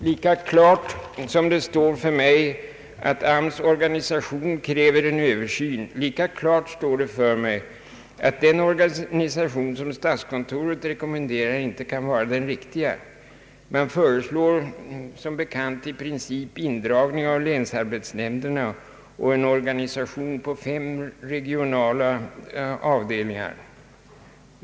Lika klart som det står för mig att AMS” organisation kräver en översyn, lika klart är det att den organisation som statskontoret rekommenderar inte kan vara den riktiga. Man föreslår som bekant i princip indragning av länsarbetsnämnderna och en organisation med fem regionala avdelningar.